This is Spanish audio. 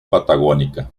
patagónica